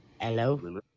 Hello